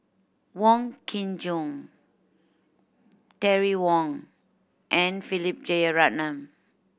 Wong Kin Jong Terry Wong and Philip Jeyaretnam